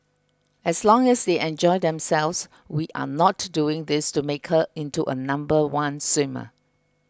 as long as they enjoy themselves we are not doing this to make her into a number one swimmer